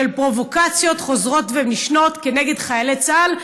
של פרובוקציות חוזרות ונשנות כנגד חיילי צה"ל,